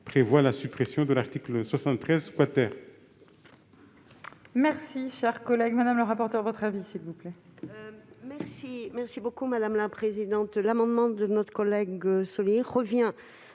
prévoyons la suppression de l'article 73 Quel